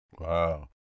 Wow